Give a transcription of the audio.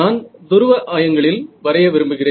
நான் துருவ ஆயங்களில் வரைய விரும்புகிறேன்